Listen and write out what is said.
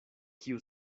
kiu